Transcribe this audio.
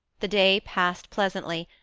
the day passed pleasantly,